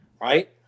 right